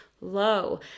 low